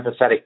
empathetic